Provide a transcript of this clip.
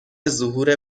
ظهور